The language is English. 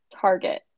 target